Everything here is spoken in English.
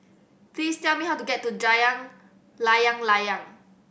please tell me how to get to Layang Layang